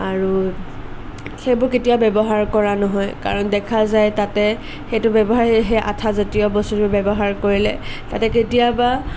আৰু সেইবোৰ কেতিয়াও ব্যৱহাৰ কৰা নহয় কাৰণ দেখা যায় তাতে সেইটো ব্যৱহাৰ সে সেই আঠাজাতীয় বস্তুটোৰ ব্যৱহাৰ কৰিলে তাতে কেতিয়াবা